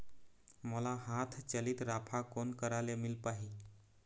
मोला हाथ चलित राफा कोन करा ले मिल पाही?